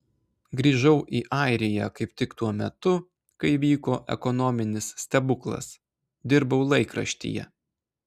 grįžau į airiją kaip tik tuo metu kai vyko ekonominis stebuklas dirbau laikraštyje